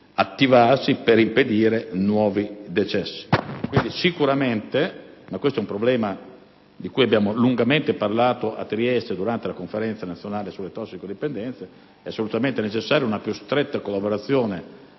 attivarsi per impedire nuovi decessi. Sicuramente, e questo è un problema di cui abbiamo lungamente parlato a Trieste, durante la Conferenza nazionale sulle tossicodipendenze, è assolutamente necessaria una più stretta collaborazione